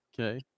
Okay